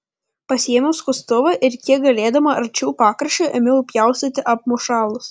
pasiėmiau skustuvą ir kiek galėdama arčiau pakraščio ėmiau pjaustyti apmušalus